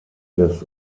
des